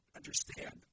understand